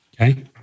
Okay